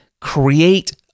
create